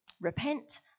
Repent